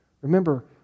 Remember